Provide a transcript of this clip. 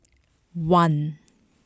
one